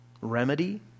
remedy